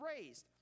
raised